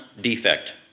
defect